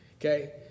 Okay